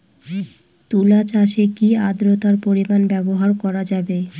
তুলা চাষে কি আদ্রর্তার পরিমাণ ব্যবহার করা যাবে?